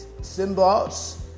symbols